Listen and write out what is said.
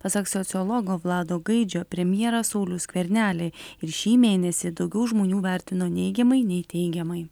pasak sociologo vlado gaidžio premjerą saulių skvernelį ir šį mėnesį daugiau žmonių vertino neigiamai nei teigiamai